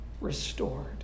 restored